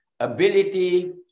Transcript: Ability